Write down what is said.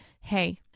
hey